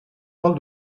vol